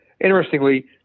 Interestingly